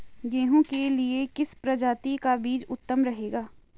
गेहूँ के लिए किस प्रजाति का बीज उत्तम रहेगा?